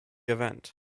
event